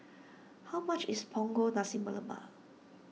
how much is Punggol Nasi Lemak